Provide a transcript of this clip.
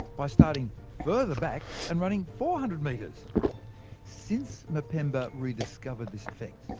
by starting further back and running four hundred metres. since mpemba re-discovered this effect,